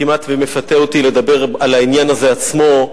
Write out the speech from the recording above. כמעט מפתה אותי לדבר על העניין הזה עצמו,